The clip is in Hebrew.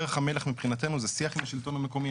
דרך המלך מבחינתו זה שיח עם השלטון המקומי,